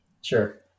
Sure